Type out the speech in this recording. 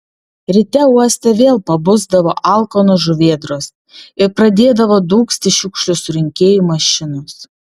ryte uoste vėl pabusdavo alkanos žuvėdros ir pradėdavo dūgzti šiukšlių surinkėjų mašinos